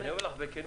אני אומר לך בכנות,